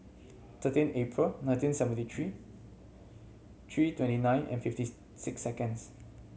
thirteen April nineteen seventy three three twenty nine and fifty six seconds